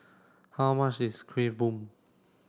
how much is Kueh Bom